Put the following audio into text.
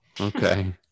Okay